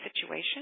situation